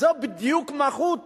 זו בדיוק מהות